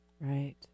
Right